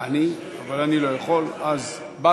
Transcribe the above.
אני, אבל אני לא יכול, אז באסל,